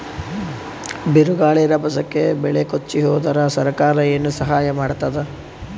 ಬಿರುಗಾಳಿ ರಭಸಕ್ಕೆ ಬೆಳೆ ಕೊಚ್ಚಿಹೋದರ ಸರಕಾರ ಏನು ಸಹಾಯ ಮಾಡತ್ತದ?